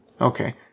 Okay